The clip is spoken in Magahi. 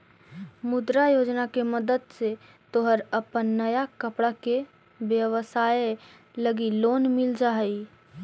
मुद्रा योजना के मदद से तोहर अपन नया कपड़ा के व्यवसाए लगी लोन मिल जा हई